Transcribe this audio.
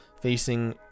facing